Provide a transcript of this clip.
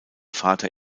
vater